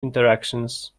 interactions